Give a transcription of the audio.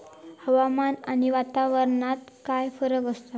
हवामान आणि वातावरणात काय फरक असा?